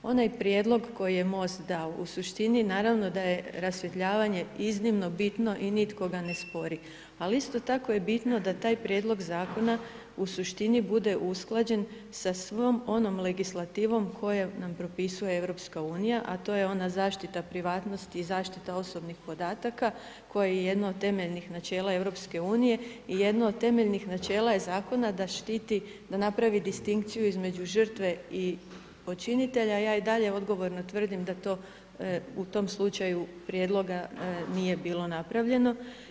Onaj prijedlog koji je MOST dao u suštini naravno da je rasvjetljavanje iznimno bitno i nitko ga ne spori, ali isto tako je bitno da taj prijedlog zakona u suštini bude usklađen sa svom onom legislativom koju nam propisuje EU, a to je ona zaštita privatnosti i zaštita osobnih podataka koji je jedno od temeljnih načela EU i jedno od temeljnih načela je zakona da štiti, da napravi distinkciju između žrtve i počinitelja, a ja i dalje odgovorno tvrdim da to u tom slučaju prijedloga nije bilo napravljeno.